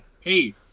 Hey